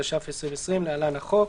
התש"ף 2020 (להלן החוק)